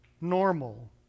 normal